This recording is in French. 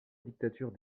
dictature